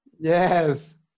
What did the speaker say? Yes